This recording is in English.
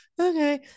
Okay